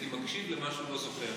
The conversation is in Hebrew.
הייתי מקשיב למה שהוא לא זוכר.